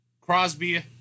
Crosby